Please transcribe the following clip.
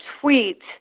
tweet